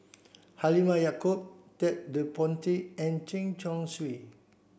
Halimah Yacob Ted De Ponti and Chen Chong Swee